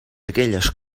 aquelles